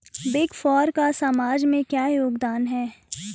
Big four का समाज में क्या योगदान है?